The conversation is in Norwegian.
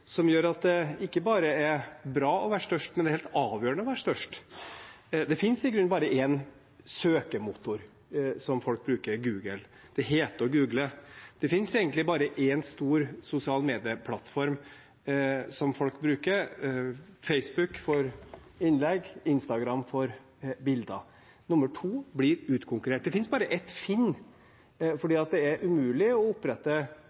som gjør at det ikke bare er bra å være størst, men det er helt avgjørende å være størst. Det finnes i grunnen bare én søkemotor folk bruker: Google. Det heter «å google». Det finnes egentlig bare én stor sosial medieplattform folk bruker: Facebook for innlegg, Instagram for bilder. Nummer to blir utkonkurrert. Det finnes bare ett Finn, for det er umulig å opprette